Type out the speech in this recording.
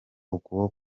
ukabona